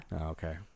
okay